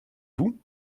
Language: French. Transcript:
vous